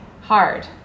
hard